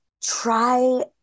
try